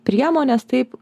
priemones taip